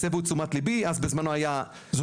אחד